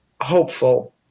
hopeful –